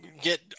get